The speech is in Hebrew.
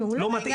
לא מתאים.